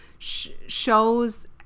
shows